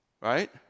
Right